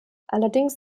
allerdings